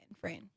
friend